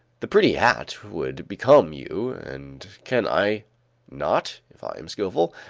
the pretty hat would become you and can i not, if i am skilful,